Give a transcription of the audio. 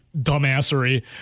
dumbassery